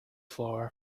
floor